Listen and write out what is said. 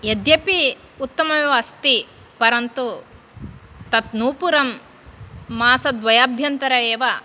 यद्यपि उत्तममेव अस्ति परन्तु तत् नूपुरं मासद्वयाभ्यन्तरे एव